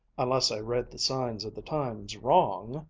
unless i read the signs of the times wrong,